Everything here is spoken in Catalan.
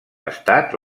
estat